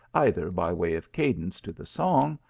either by way of cadence to the song,